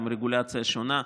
עם רגולציה שונה,